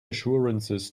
assurances